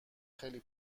خیلی